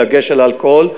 דגש על האלכוהול,